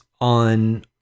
on